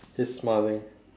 he's smiling